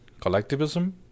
collectivism